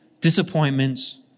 disappointments